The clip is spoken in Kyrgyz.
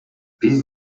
биз